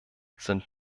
sind